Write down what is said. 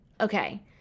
okay